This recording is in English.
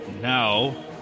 now